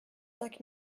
cinq